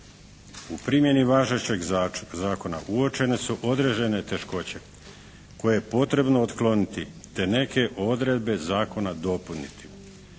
U primjeni važećeg zakona uočene su određene teškoće koje je potrebno otkloniti te neke odredbe zakona dopuniti.